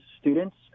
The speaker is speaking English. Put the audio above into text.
students